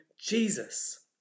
Jesus